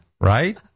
Right